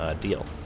deal